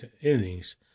innings